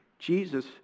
Jesus